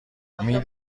میدانم